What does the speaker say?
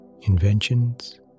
inventions